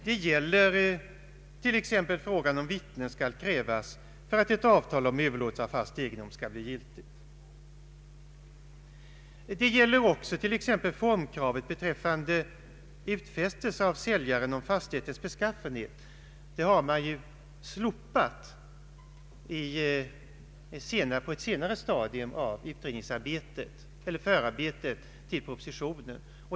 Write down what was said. Det gäller t.ex. frågan om vittnen skall krävas för att ett avtal om överlåtelse av fast egendom skall bli giltigt. Det gäller också t.ex. formkravet beträffande utfästelse av säljaren om fastighetens beskaffenhet. Det har man ju slopat på ett rätt sent stadium av förarbetet till propositionen.